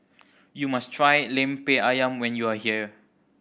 you must try Lemper Ayam when you are here